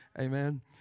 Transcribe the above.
Amen